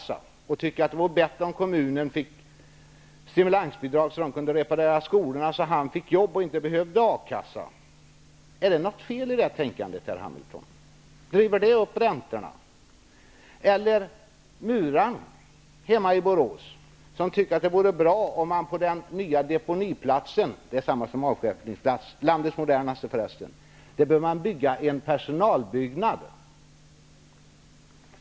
Han som tycker att det vore bättre om kommunen fick stimulansbidrag till att reparera skolor så att han får arbete i stället för att behöva hämta pengar från A kassan. Skulle ett sådant förfaringssätt driva upp räntorna? Eller för att tala om muraren hemma i Borås. Han tycker att det vore bra om man på den nya deponiplatsen -- det är detsamma som landets modernaste avstjälpningsplats -- låter bygga en personalbyggnad.